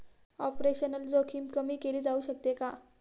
Operational जोखीम कमी केली जाऊ शकते का?